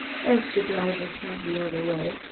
as the driver turned the other way.